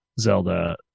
Zelda